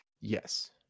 yes